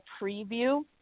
preview